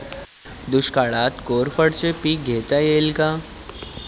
दुष्काळात कोरफडचे पीक घेता येईल का?